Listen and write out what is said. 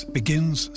begins